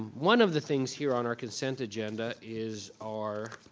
one of the things here on our consent agenda is our